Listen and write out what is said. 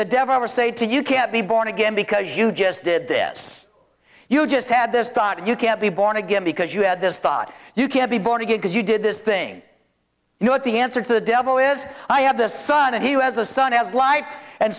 the devil ever say to you can't be born again because you just did this you just had this god you can't be born again because you had this thought you can't be born again because you did this thing you know what the answer to the devil is i have this son and he has a son has life and